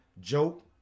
Joke